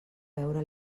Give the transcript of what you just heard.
veure